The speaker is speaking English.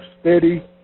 steady